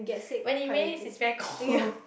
when it rains it's very cold